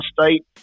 state